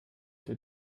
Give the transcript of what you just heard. der